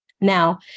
Now